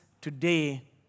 today